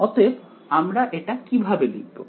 অতএব আমরা এটা কিভাবে লিখব